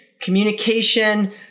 communication